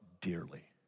dearly